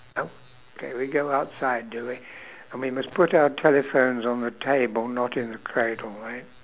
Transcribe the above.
okay we go outside do we and we must put our telephones on the table not in the cradle right